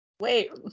Wait